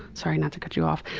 sorry, not to cut you off.